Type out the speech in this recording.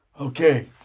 Okay